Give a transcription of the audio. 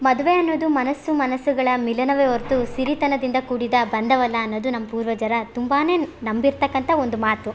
ಮದುವೆ ಅನ್ನೋದು ಮನಸ್ಸು ಮನಸ್ಸುಗಳ ಮಿಲನವೇ ಹೊರ್ತು ಸಿರಿತನದಿಂದ ಕೂಡಿದ ಬಂಧವಲ್ಲ ಅನ್ನೋದು ನಮ್ಮ ಪೂರ್ವಜರ ತುಂಬಾ ನಂಬಿರತಕ್ಕಂತ ಒಂದು ಮಾತು